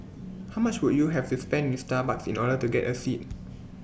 how much would you have to spend in Starbucks in order to get A seat